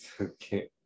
Okay